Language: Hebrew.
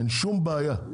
אין שום בעיה,